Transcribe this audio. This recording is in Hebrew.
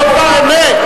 לא דבר אמת?